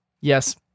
Yes